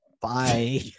Bye